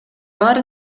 баары